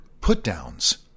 put-downs